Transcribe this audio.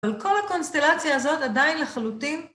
אבל כל הקונסטלציה הזאת עדיין לחלוטין...